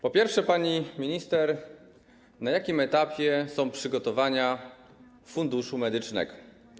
Po pierwsze, pani minister, na jakim etapie są przygotowania Funduszu Medycznego?